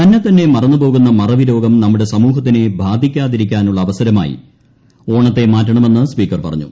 തന്നെ തന്നെ മറന്നുപോകുന്ന മറവിരോഗം നമ്മുടെ സമൂഹത്തിന് ബാധിക്കാതിരിക്കാനുള്ള അവസരമായി ഓണത്തെ മാറ്റണമെന്ന് സ്പീക്കർ പറഞ്ഞു